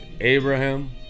Abraham